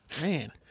man